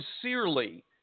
sincerely